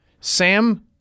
Sam